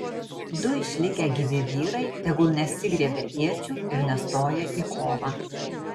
du išlikę gyvi vyrai tegu nesigriebia iečių ir nestoja į kovą